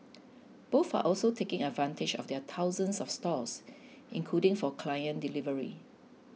both are also taking advantage of their thousands of stores including for client delivery